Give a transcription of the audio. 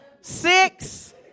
six